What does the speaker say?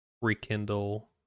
rekindle